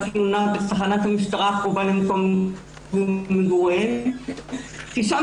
התלונה בתחנת המשטרה הקרובה למקום מגוריהם כי שם